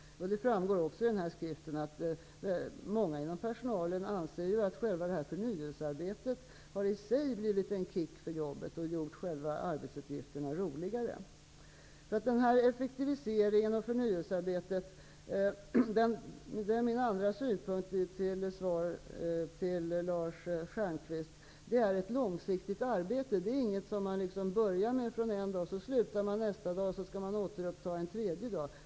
Det framgår också i skriften att en stor del av personalen anser att förnyelsearbetet i sig har blivit en kick för jobbet. Det har gjort arbetsuppgifterna roligare. Min andra synpunkt, som svar på Lars Stjernkvists fråga, är att långsiktigt arbete inte är något som man börjar med en dag, som man avslutar nästa dag och som man kan återuppta en tredje dag.